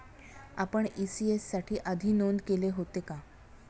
आपण इ.सी.एस साठी आधी नोंद केले होते का?